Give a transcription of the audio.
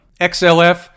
XLF